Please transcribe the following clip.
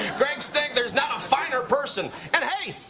greg stink. there's not a finer person. and, hey,